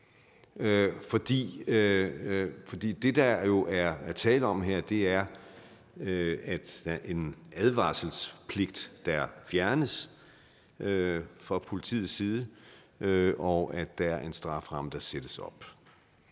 For det, der jo er tale om her, er, at der er en advarselspligt fra politiets side, der fjernes, og at der er en strafferamme, der sættes op.